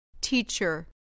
teacher